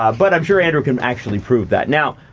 ah but i'm sure andrew can actually prove that. now,